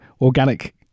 organic